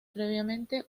previamente